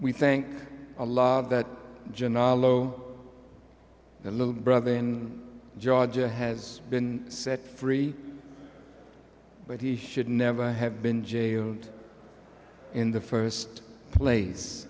we think a lot that genaro a little brother in georgia has been set free but he should never have been jailed in the first place